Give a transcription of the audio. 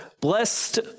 blessed